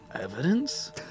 evidence